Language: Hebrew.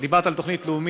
את דיברת על תוכנית לאומית,